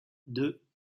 deux